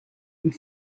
and